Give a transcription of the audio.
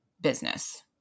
business